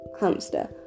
hamster